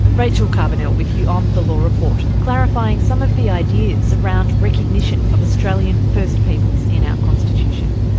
rachel carbonell with you on the law report, clarifying some of the ideas around recognition of australian first peoples in our constitution.